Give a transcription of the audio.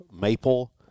maple